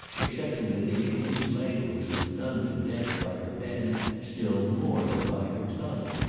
excepting that the english language was done to death by her pen still more than by her tongue.